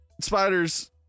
spiders